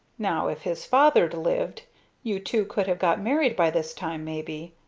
now if his father'd lived you two could have got married by this time maybe,